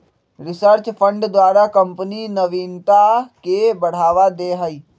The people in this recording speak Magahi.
रिसर्च फंड द्वारा कंपनी नविनता के बढ़ावा दे हइ